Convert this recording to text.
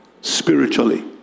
spiritually